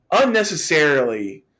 unnecessarily –